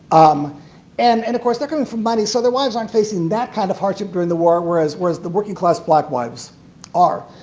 um and and, of course, they're coming from money so their wives aren't facing that kind of hardship during the war whereas whereas the working class black wives are.